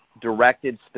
directed